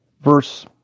Verse